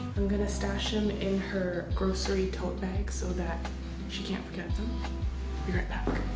i'm gonna stash him in her grocery tote bag so that she can't forget them be right back!